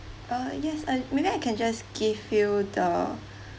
uh yes uh maybe I can just give you the